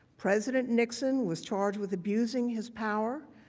president nixon was charged with abusing his power.